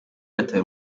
yatawe